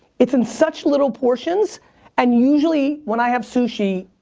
it's in such little portions and usually when i have sushi,